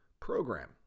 program